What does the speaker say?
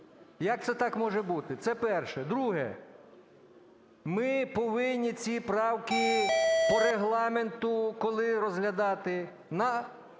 Як це так може бути? Це перше. Друге. Ми повинні ці правки по Регламенту коли розглядати? На